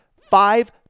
five